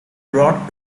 brought